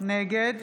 נגד